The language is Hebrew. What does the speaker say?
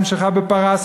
היא נמשכה בפרס,